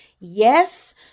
Yes